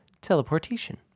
teleportation